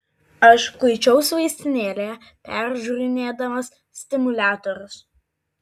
aš kuičiausi vaistinėlėje peržiūrinėdamas stimuliatorius